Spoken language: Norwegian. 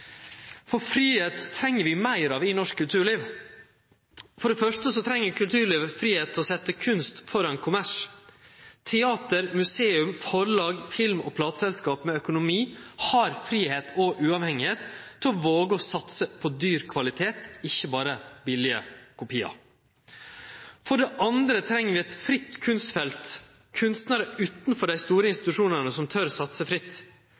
for fridom treng vi meir av i norsk kulturliv. For det første treng kulturlivet fridom til å setje kunst føre kommers. Teater, museum, forlag, film og plateselskap med økonomi har fridom og uavhengighet til å våge å satse på dyr kvalitet og ikkje berre på billige kopiar. For det andre treng vi eit fritt kunstfelt – kunstnarar utanfor dei store institusjonane, som tør å satse fritt.